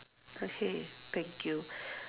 okay thank you